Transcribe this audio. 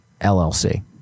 LLC